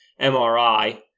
MRI